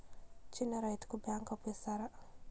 చిన్న రైతుకు బ్యాంకు అప్పు ఇస్తారా?